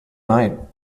night